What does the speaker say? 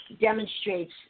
demonstrates